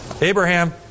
Abraham